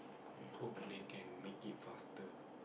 I hope they can make it faster